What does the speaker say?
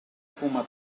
fuma